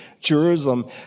Jerusalem